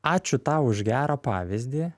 ačiū tau už gerą pavyzdį